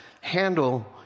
handle